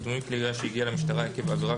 ודמוי כלי ירייה שהגיע למשטרה עקב עבירה